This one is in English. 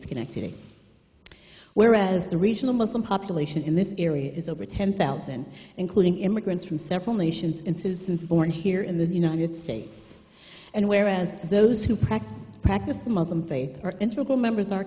schenectady whereas the regional muslim population in this area is over ten thousand including immigrants from several nations and says it's born here in the united states and whereas those who practice practice the muslim faith are in trouble members our